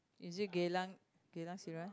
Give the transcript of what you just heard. is it Geylang Geylang-Serai